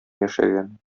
яшәгән